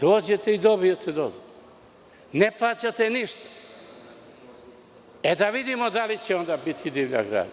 Dođete i dobijete dozvolu. Ne plaćate ništa. Da vidimo da li će onda biti divlja gradnja,